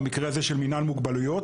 במקרה הזה של מינהל מוגבלויות,